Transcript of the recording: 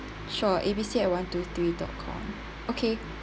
sure A B C at one two three dot com okay